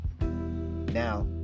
Now